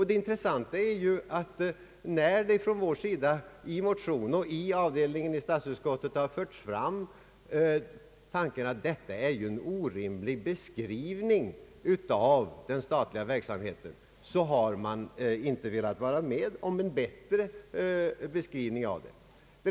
Det intressanta är att fastän vi i motioner och vid ärendets behandling i statsutskottets femte avdelning har förklarat att detta är en orimlig beskrivning av den statliga verksamheten, har utskottet inte velat vara med om en bättre beskrivning av den.